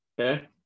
Okay